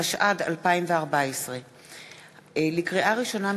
התשע"ד 2014. לקריאה ראשונה,